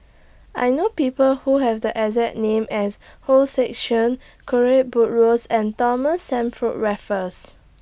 I know People Who Have The exact name as Hong Sek Chern Buttrose and Thomas Stamford Raffles